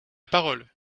parole